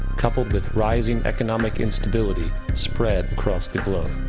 coupled with rising economic instability spread across the globe.